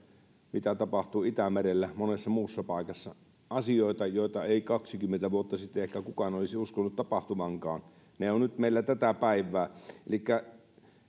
mitä tapahtuu itämerellä monessa muussa paikassa asioita joita ei kaksikymmentä vuotta sitten ehkä kukaan olisi uskonut tapahtuvankaan ne ovat nyt meillä tätä päivää elikkä kun